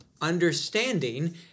understanding